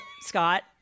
Scott